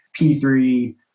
P3